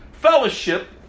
fellowship